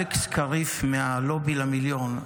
אלכס קריף מ"הלובי למיליון"